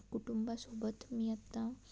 कुटुंबासोबत मी आत्ता